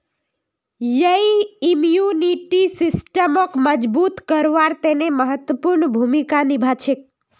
यई इम्यूनिटी सिस्टमक मजबूत करवार तने महत्वपूर्ण भूमिका निभा छेक